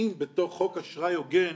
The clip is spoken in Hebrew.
שנמצאים בתוך חוק אשראי הוגן,